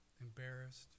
embarrassed